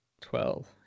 Twelve